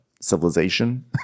civilization